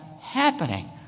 happening